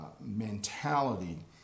mentality